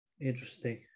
Interesting